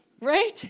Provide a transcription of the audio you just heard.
Right